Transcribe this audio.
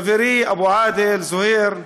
חברי, אבו עאדל, זוהיר,